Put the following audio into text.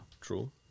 True